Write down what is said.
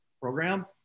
program